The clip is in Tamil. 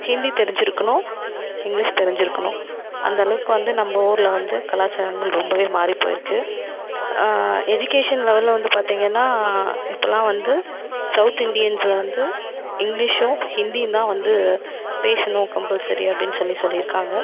ஹிந்தி தெரிஞ்சுருக்கணும் இங்கிலீஷ் தெரிஞ்சுருக்கணும் அந்தளவுக்கு வந்து நம்ப ஊரில் வந்து கலாச்சாரங்கள் ரொம்பவே மாறி போய்ருக்கு எஜிகேஷன் லெவலில் வந்து பார்த்திங்கன்னா இப்போலாம் வந்து சவுத் இண்டியன்ஸ் வந்து இங்கிலீஷும் ஹிந்தியும் தான் வந்து பேசணும் கம்பல்சரியாக அப்படினு சொல்லி சொல்லிருக்காங்க